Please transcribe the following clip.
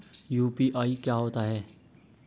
UPI क्या होता है?